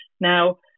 Now